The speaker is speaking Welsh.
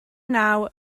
naw